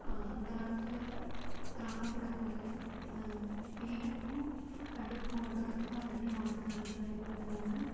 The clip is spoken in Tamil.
அந்த காலத்தில் கிராமப்புறங்கள்ல வீடுக்கும் அடுப்பு மொழுகுறதுக்கும் வந்துட்டு மாட்டு சாணத்தை பயன்படுத்துனாங்கள்